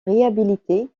réhabilité